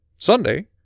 Sunday